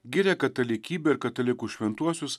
giria katalikybę ir katalikų šventuosius